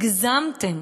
הגזמתם.